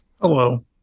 Hello